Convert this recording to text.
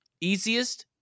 easiest